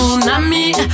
Tsunami